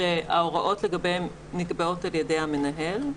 שההוראות לגביהם נקבעות על ידי המנהל,